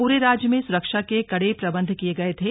पूरे राज्या में सुरक्षा के कड़े प्रबंध किये गये थे